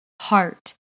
heart